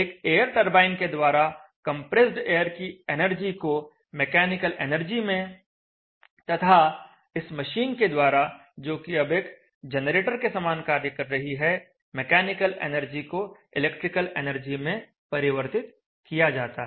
एक air turbine के द्वारा कंप्रेस्ड एयर की एनर्जी को मैकेनिकल एनर्जी में तथा इस मशीन के द्वारा जोकि अब एक जनरेटर के समान कार्य कर रही है मैकेनिकल एनर्जी को इलेक्ट्रिकल एनर्जी में परिवर्तित किया जाता है